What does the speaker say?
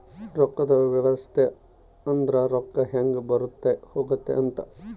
ರೊಕ್ಕದ್ ವ್ಯವಸ್ತೆ ಅಂದ್ರ ರೊಕ್ಕ ಹೆಂಗ ಬರುತ್ತ ಹೋಗುತ್ತ ಅಂತ